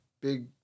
Big